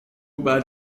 بعد